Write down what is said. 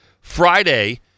Friday